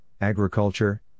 agriculture